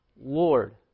Lord